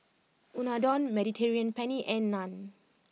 Unadon Mediterranean Penne and Naan